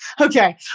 Okay